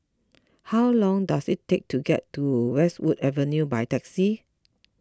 how long does it take to get to Westwood Avenue by taxi